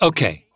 Okay